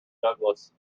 douglas